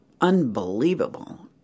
unbelievable